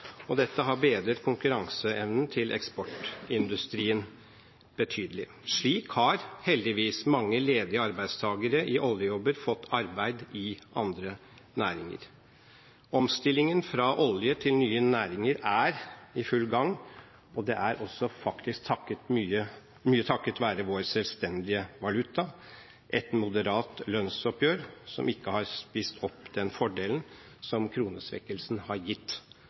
økonomi. Dette har bedret konkurranseevnen til eksportindustrien betydelig. Slik har heldigvis mange ledige arbeidstakere i oljenæringen fått arbeid i andre næringer. Omstillingen fra oljenæringen til nye næringer er i full gang. Det er mye takket være vår selvstendige valuta og et moderat lønnsoppgjør, som ikke har spist opp den fordelen som kronesvekkelsen har gitt